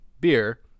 beer